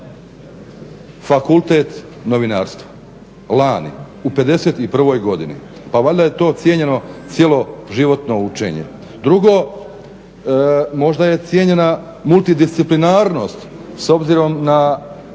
završio Fakultet novinarstva, lani u 51. godini. Pa valjda je to cijenjeno cjeloživotno učenje. Drugo, možda je cijenjena multidisciplinarnost s obzirom na